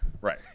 Right